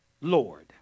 Lord